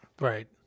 right